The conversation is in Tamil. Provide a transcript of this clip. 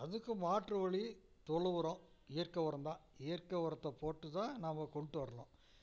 அதுக்கு மாற்று வழி தொழு உரம் இயற்கை ஒரம்தான் இயற்கை உரத்த போட்டுதான் நாம்ம கொண்டுட்டு வரணும்